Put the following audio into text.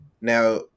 now